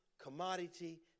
commodity